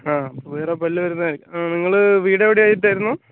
ആ വേറെ പല്ലു വരുന്നതാണ് ആ നിങ്ങൾ വീട് എവിടെയായിട്ടായിരുന്നു